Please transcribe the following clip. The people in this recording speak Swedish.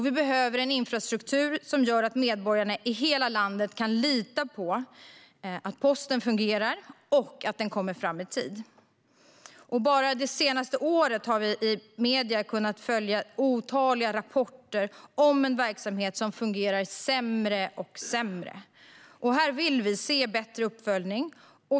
Vi behöver en infrastruktur som gör att medborgarna i hela landet kan lita på att posttjänsten fungerar och att post kommer fram i tid. Bara det senaste året har vi i medierna kunnat följa otaliga rapporter om en verksamhet som fungerar sämre och sämre. Vi vill se en bättre uppföljning.